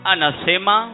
Anasema